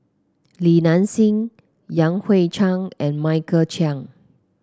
Li Nanxing Yan Hui Chang and Michael Chiang